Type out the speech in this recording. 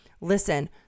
Listen